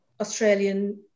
Australian